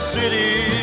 city